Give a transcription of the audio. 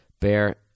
bear